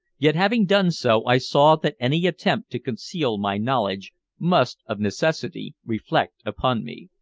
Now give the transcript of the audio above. yet having done so, i saw that any attempt to conceal my knowledge must of necessity reflect upon me.